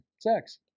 Sex